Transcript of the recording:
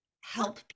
help